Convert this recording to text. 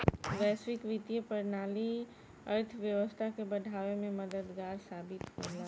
वैश्विक वित्तीय प्रणाली अर्थव्यवस्था के बढ़ावे में मददगार साबित होला